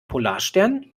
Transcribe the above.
polarstern